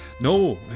No